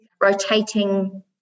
rotating